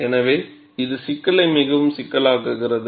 எனவே இது சிக்கலை மிகவும் சிக்கலாக்குகிறது